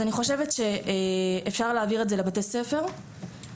אני חושבת שאפשר להעביר את זה לבתי ספר כחלק